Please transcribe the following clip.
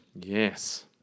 Yes